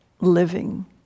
living